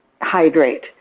hydrate